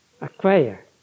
acquire